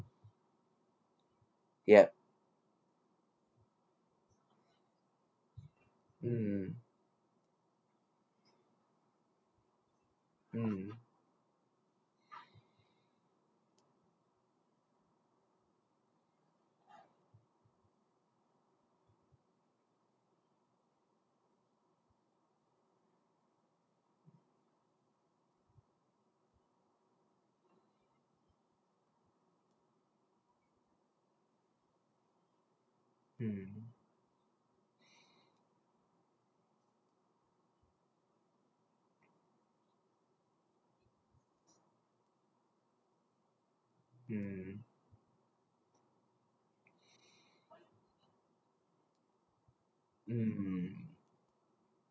yup mm mm mm mm mm